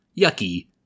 yucky